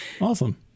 Awesome